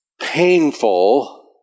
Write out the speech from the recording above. painful